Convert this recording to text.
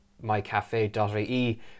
mycafe.ie